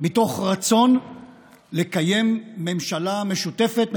מתוך רצון לקיים ממשלה משותפת,